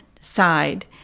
side